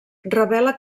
revela